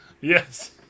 Yes